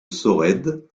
sorède